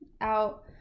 out